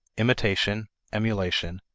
imitation, emulation,